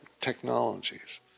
Technologies